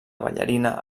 ballarina